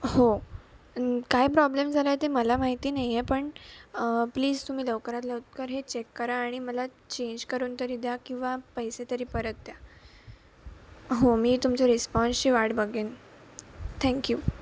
हो काय प्रॉब्लेम झाला आहे ते मला माहिती नाही आहे पण प्लीज तुम्ही लवकरात लवकर हे चेक करा आणि मला चेंज करून तरी द्या किंवा पैसे तरी परत द्या हो मी तुमच्या रिस्पॉन्सची वाट बघीन थँकयू